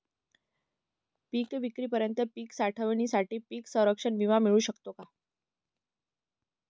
पिकविक्रीपर्यंत पीक साठवणीसाठी पीक संरक्षण विमा मिळू शकतो का?